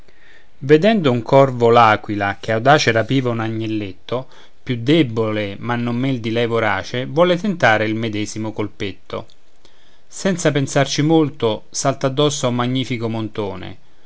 vedendo un corvo l'aquila che audace rapiva un agnelletto più debol ma non men di lei vorace vuol tentare il medesimo colpetto senza pensarci molto salta addosso a un magnifico montone